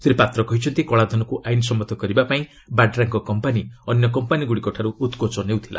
ଶ୍ରୀ ପାତ୍ର କହିଛନ୍ତି କଳାଧନକୁ ଆଇନ ସମ୍ମତ କରିବା ପାଇଁ ବାଡ୍ରାଙ୍କ କମ୍ପାନୀ ଅନ୍ୟ କମ୍ପାନୀଗ୍ରଡିକଠାର୍ ଉକ୍କୋଚ ନେଇଥିଲା